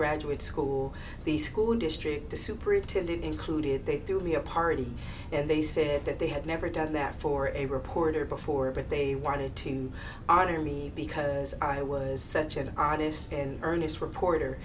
graduate school the school district the superintendent included they do be a party and they said that they had never done that for a reporter before but they wanted too honor me because i was such an honest and earnest reporter